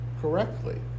correctly